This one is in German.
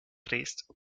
drehst